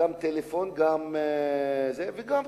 גם טלפון וגם תרופות,